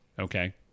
okay